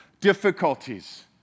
difficulties